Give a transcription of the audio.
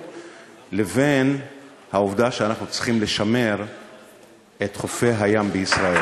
לבין העובדה שאנחנו צריכים לשמר את חופי הים בישראל.